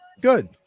Good